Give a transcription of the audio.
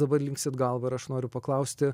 dabar linksit galvą ir aš noriu paklausti